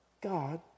God